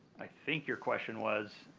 i think your question was